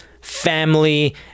family